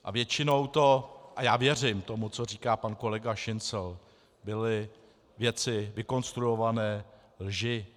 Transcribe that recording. A většinou to... a já věřím tomu, co říká pan kolega Šincl, byly věci vykonstruované, lži.